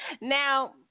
Now